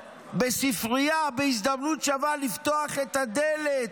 בספרייה, בהזדמנות שווה לפתוח את הדלת,